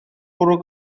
bwrw